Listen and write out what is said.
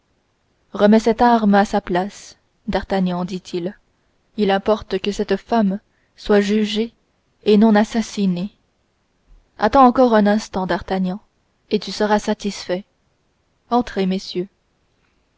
remets cette arme à sa place d'artagnan dit-il il importe que cette femme soit jugée et non assassinée attends encore un instant d'artagnan et tu seras satisfait entrez messieurs